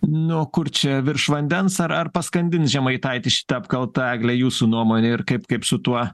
nu o kur čia virš vandens ar ar paskandins žemaitaitį šita apkalta egle jūsų nuomonė ir kaip kaip su tuo